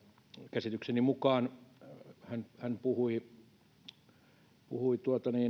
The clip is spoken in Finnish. käsitykseni mukaan hän hän puhui puhui